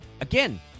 again